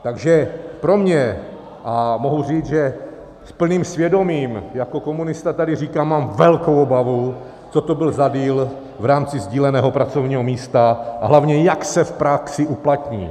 Takže pro mě, a mohu říct, že s plným svědomím jako komunista tady říkám, mám velkou obavu, co to byl za deal v rámci sdíleného pracovního místa a hlavně, jak se v praxi uplatní.